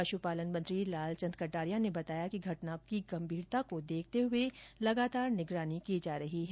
पशुपालन मंत्री लालचंद कटारिया ने कहा कि घटना को गंभीरता को देखते हये लगातार निगरानी की जा रही है